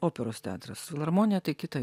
operos teatras filharmonija tai kita